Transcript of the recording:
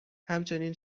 همچنین